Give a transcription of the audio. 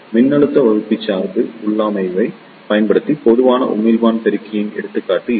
மின்னழுத்த வகுப்பி சார்பு உள்ளமைவைப் பயன்படுத்தி பொதுவான உமிழ்ப்பான் பெருக்கியின் எடுத்துக்காட்டு இது